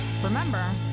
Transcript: Remember